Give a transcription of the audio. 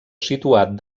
situat